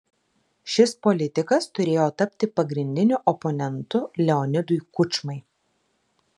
šis politikas turėjo tapti pagrindiniu oponentu leonidui kučmai